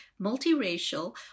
multiracial